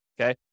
okay